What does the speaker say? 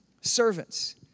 servants